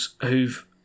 who've